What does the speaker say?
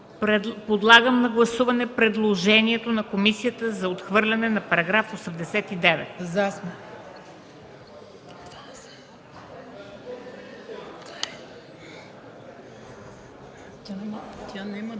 Подлагам на гласуване предложението на комисията за отхвърляне на § 89. Гласували